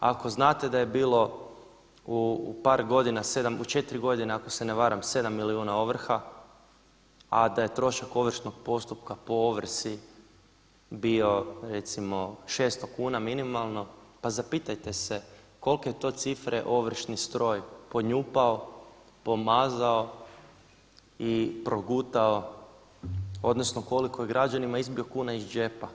Ako znate da je bilo u par godina u četiri godine ako se ne varam, sedam milijuna ovrha, a da je trošak ovršnog postupka po ovrsi bio recimo 600 kuna minimalno, pa zapitajte se kolike to cifre ovršni stroj ponjapao, pomazao i progutao odnosno koliko je građanima izbio kuna iz džepa.